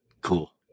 cool